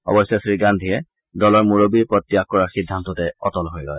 অৱেশ্য শ্ৰী গান্ধীয়ে দলৰ মূৰববীৰ পদ ত্যাগ কৰাৰ সিদ্ধান্ততে অটল হৈ ৰয়